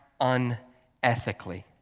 unethically